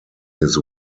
his